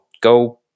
go